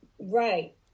right